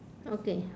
okay